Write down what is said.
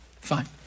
Fine